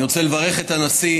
אני רוצה לברך את הנשיא.